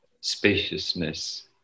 spaciousness